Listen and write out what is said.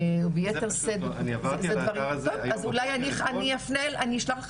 ביתר שאת --- אני עברתי את הדבר הזה.